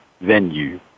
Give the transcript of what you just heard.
venue